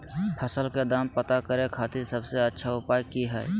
फसल के दाम पता करे खातिर सबसे अच्छा उपाय की हय?